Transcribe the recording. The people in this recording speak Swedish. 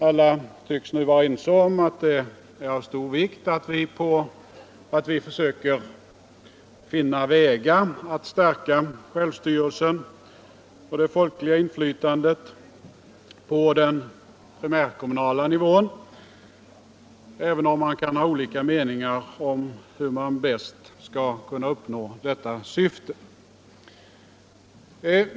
Alla tycks nu vara ense om att det är av stor vikt att vi försöker finna vägar att stärka självstyrelsen och det folkliga inflytandet på den primärkommunala nivån, även om man kan ha olika meningar om hur man bäst skall kunna uppnå detta syfte.